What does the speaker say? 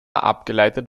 abgeleitet